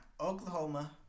Oklahoma